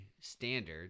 standard